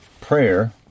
prayer